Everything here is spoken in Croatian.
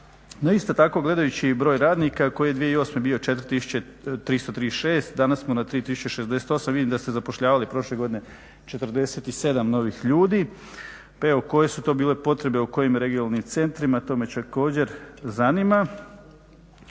No isto tako gledajući i broj radnika koji je 2008. bio 4336, danas smo na 3068. Vidim da ste zapošljavali prošle godine 47 novih ljudi. Pa evo koje su to bile potrebe u kojim regionalnim centrima? To me također zanima.